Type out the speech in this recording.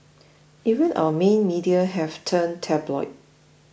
even our main media have turned tabloid